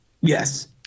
Yes